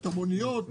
את המוניות,